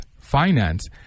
Finance